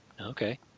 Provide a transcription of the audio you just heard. Okay